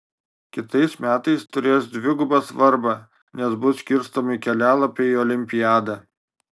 kitais metais turės dvigubą svarbą nes bus skirstomi kelialapiai į olimpiadą